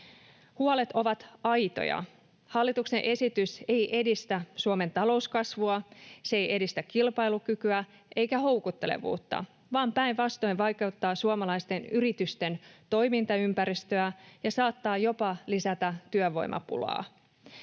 Huolet ovat aitoja. Hallituksen esitys ei edistä Suomen talouskasvua. Se ei edistä kilpailukykyä eikä houkuttelevuutta, vaan päinvastoin vaikeuttaa suomalaisten yritysten toimintaympäristöä ja saattaa jopa lisätä työvoimapulaa.